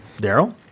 Daryl